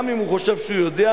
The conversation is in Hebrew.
גם אם הוא חושב שהוא יודע,